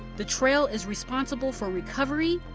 the trail is responsible for recovery,